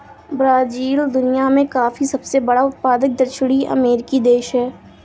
Brazil दुनिया में coffee का सबसे बड़ा उत्पादक दक्षिणी अमेरिकी देश है